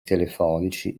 telefonici